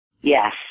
Yes